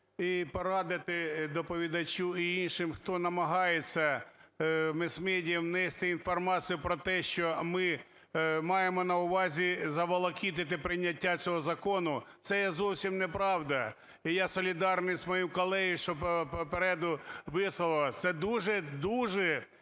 і порадити доповідачу і іншим, хто намагається в мас-медіа внести інформацію про те, що ми маємо на увазі заволокитити прийняття цього закону, це є зовсім неправда. І я солідарний з моїм колегою, що попереду висловився, це дуже-дуже